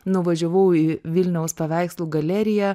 nuvažiavau į vilniaus paveikslų galeriją